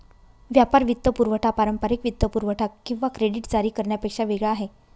व्यापार वित्तपुरवठा पारंपारिक वित्तपुरवठा किंवा क्रेडिट जारी करण्यापेक्षा वेगळा आहे